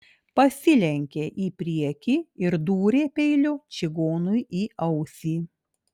pasilenkė į priekį ir dūrė peiliu čigonui į ausį